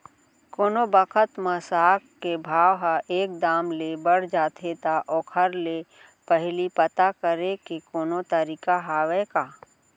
कोनो बखत म साग के भाव ह एक दम ले बढ़ जाथे त ओखर ले पहिली पता करे के कोनो तरीका हवय का?